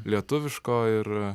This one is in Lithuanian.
lietuviško ir